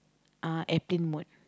ah airplane mode